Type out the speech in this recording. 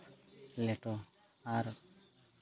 ᱞᱮᱴᱚ ᱟᱨ